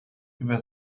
über